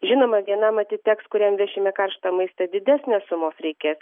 žinoma vienam atiteks kuriam vešime karštą maistą didesnės sumos reikės